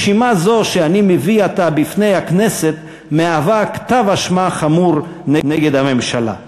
רשימה זו שאני מביא עתה בפני הכנסת מהווה כתב אשמה חמור נגד הממשלה.